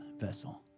vessel